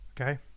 Okay